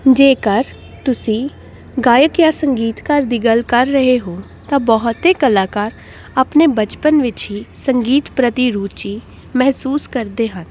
ਜੇਕਰ ਤੁਸੀਂ ਗਾਇਕ ਜਾਂ ਸੰਗੀਤਕਾਰ ਦੀ ਗੱਲ ਕਰ ਰਹੇ ਹੋ ਤਾਂ ਬਹੁਤੇ ਕਲਾਕਾਰ ਆਪਣੇ ਬਚਪਨ ਵਿੱਚ ਹੀ ਸੰਗੀਤ ਪ੍ਰਤੀ ਰੁਚੀ ਮਹਿਸੂਸ ਕਰਦੇ ਹਨ